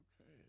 okay